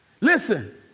Listen